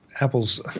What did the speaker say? Apple's